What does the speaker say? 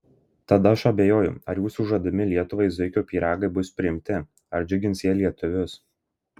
tad aš abejoju ar jūsų žadami lietuvai zuikio pyragai bus priimti ar džiugins jie lietuvius